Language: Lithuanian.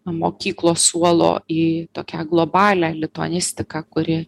mokyklos suolo į tokią globalią lituanistiką kuri